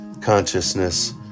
consciousness